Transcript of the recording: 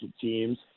teams